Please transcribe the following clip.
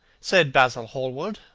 said basil hallward,